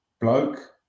bloke